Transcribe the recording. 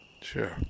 Sure